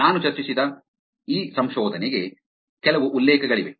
ನಾನು ಚರ್ಚಿಸಿದ ಈ ಸಂಶೋಧನೆಗೆ ಕೆಲವು ಉಲ್ಲೇಖಗಳು ಇವೆ